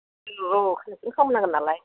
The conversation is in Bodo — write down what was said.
औ कालेकशन खालाम नांगोननालाय